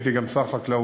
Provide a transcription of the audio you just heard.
הייתי גם שר החקלאות